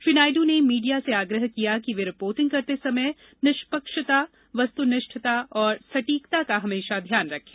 श्री नायड़ ने मीडिया से आग्रह किया कि वे रिपोर्टिंग करते समय निष्पक्षता वस्तुनिष्ठता और सटीकता का हमेशा ध्यान रखें